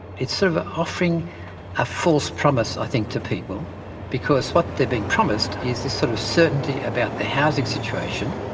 it's sort of offering a false promise i think to people because what they're being promised is this sort of certainty about their housing situation,